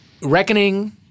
Reckoning